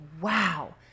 wow